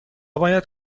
باید